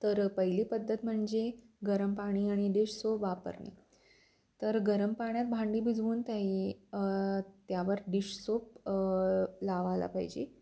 तर पहिली पद्धत म्हणजे गरम पाणी आणि डिश सोप वापरणे तर गरम पाण्यात भांडी भिजवून त्याही त्यावर डिश सोप लावायला पाहिजे